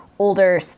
Older